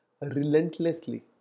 relentlessly